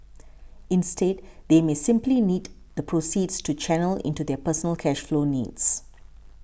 instead they may simply need the proceeds to channel into their personal cash flow needs